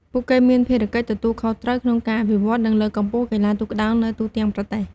ពួកគេមានភារកិច្ចទទួលខុសត្រូវក្នុងការអភិវឌ្ឍន៍ និងលើកកម្ពស់កីឡាទូកក្ដោងនៅទូទាំងប្រទេស។